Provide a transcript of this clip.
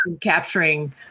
capturing